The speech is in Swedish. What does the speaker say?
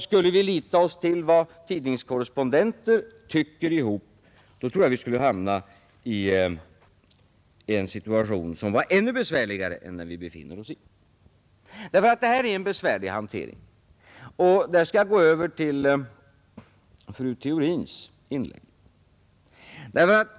Skulle vi lita på vad tidningskorrespondenter tycker ihop, tror jag att vi skulle hamna i en ännu besvärligare situation än den vi befinner oss i nu. Ty detta är en besvärlig hantering. Och här skall jag gå över till fru Theorins inlägg.